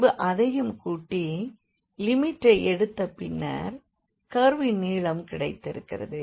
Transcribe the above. பின்பு அதையும் கூட்டி லிமிட்டை எடுத்தபின்னர் கர்வின் நீளம் கிடைத்திருக்கிறது